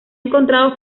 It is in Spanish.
encontrado